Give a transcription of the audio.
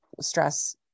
stress